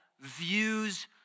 views